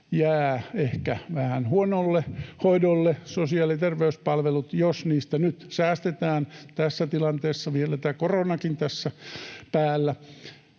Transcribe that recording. jää ehkä vähän huonolle hoidolle sosiaali- ja terveyspalvelut, jos niistä nyt säästetään tässä tilanteessa, kun on vielä tämä koronakin tässä päällä.